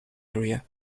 area